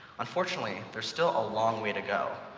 unfortunately, there's still a long way to go.